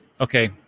Okay